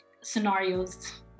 scenarios